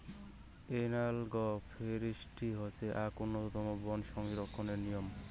analogue forestry হসে আক উন্নতম বন সংরক্ষণের নিয়ম